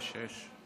יש, יש,